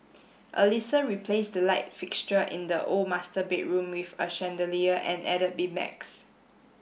Alisa replaced the light fixture in the old master bedroom with a chandelier and added beanbags